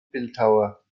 bildhauer